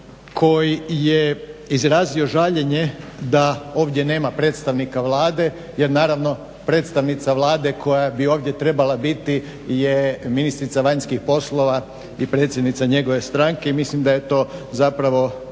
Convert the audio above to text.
koji je izrazio žaljenje da ovdje nema predstavnika Vlade, jer naravno predstavnica Vlade koja bi ovdje trebala biti je ministrica vanjskih poslova i predsjednica njegove stranke. Mislim da je to zapravo